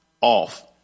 off